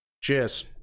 Cheers